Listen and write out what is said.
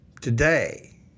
Today